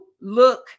look